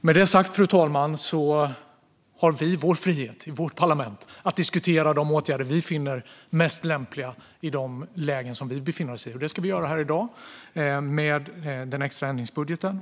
Med det sagt, fru talman, har vi vår frihet att i vårt parlament diskutera de åtgärder vi finner mest lämpliga i de lägen som vi befinner oss i. Det ska vi göra här i dag med den extra ändringsbudgeten.